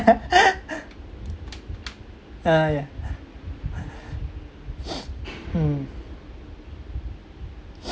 ah yeah mm